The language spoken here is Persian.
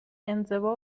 انزوا